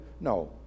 No